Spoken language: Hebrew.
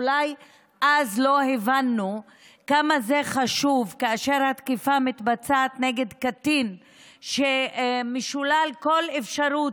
אולי אז לא הבנו כמה זה חשוב כאשר התקיפה מתבצעת נגד קטין שמשולל כל אפשרות